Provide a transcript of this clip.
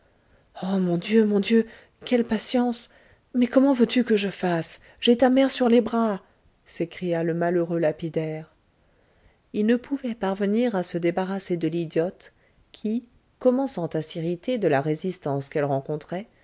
oh mon dieu mon dieu quelle patience mais comment veux-tu que je fasse j'ai ta mère sur les bras s'écria le malheureux lapidaire il ne pouvait parvenir à se débarrasser de l'idiote qui commençant à s'irriter de la résistance qu'elle rencontrait